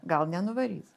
gal nenuvarys